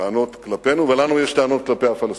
טענות כלפינו ולנו יש טענות כלפי הפלסטינים.